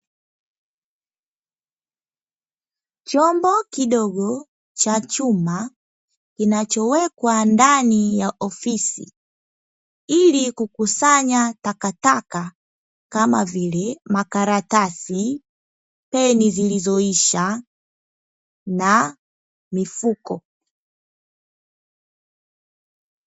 Chombo kidogo cha chuma kinachowekwa ndani ya ofisi ili kukusanya taka taka kama vile karatasi, peni zilizoisha na mifuko.